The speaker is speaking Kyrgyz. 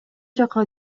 жакка